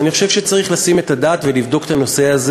אז אני חושב שצריך לתת את הדעת ולבדוק את הנושא הזה